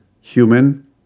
human